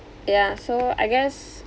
yeah so I guess